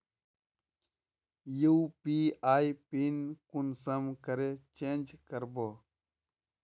UPI PIN कुंसम करे change करबो?